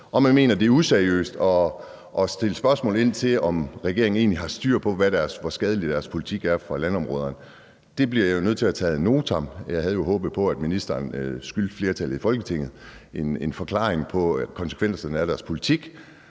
Og man mener, at det er useriøst at stille spørgsmål om, om regeringen egentlig har styr på, hvor skadelig deres politik er for landområderne. Det bliver jeg jo nødt til at tage ad notam. Jeg havde jo håbet på, at ministeren skyldte flertallet i Folketinget en forklaring på konsekvenserne af deres politik.